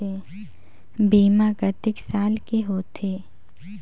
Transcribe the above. बीमा कतेक साल के होथे?